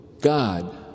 God